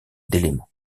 d’éléments